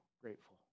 grateful